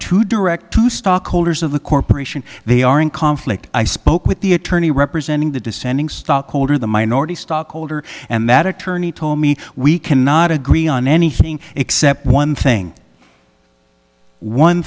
two direct to stockholders of the corporation they are in conflict i spoke with the attorney representing the dissenting stockholder the minority stockholder and that attorney told me we cannot agree on anything except one thing one